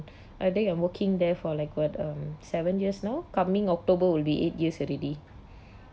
I think I'm working there for like what um seven years now coming october will be eight years already